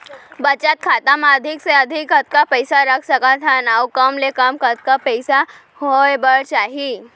बचत खाता मा अधिक ले अधिक कतका पइसा रख सकथन अऊ कम ले कम कतका पइसा होय बर चाही?